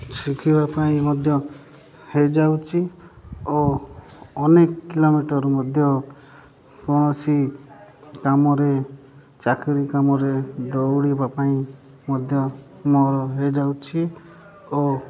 ଶିଖିବା ପାଇଁ ମଧ୍ୟ ହୋଇଯାଉଛି ଓ ଅନେକ କିଲୋମିଟର୍ ମଧ୍ୟ କୌଣସି କାମରେ ଚାକିରି କାମରେ ଦୌଡ଼ିବା ପାଇଁ ମଧ୍ୟ ମୋର ହୋଇଯାଉଛି ଓ